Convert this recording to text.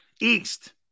East